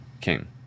came